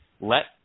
Let